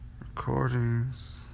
recordings